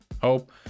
Hope